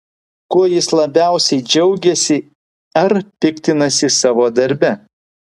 kuo jis labiausiai džiaugiasi ar piktinasi savo darbe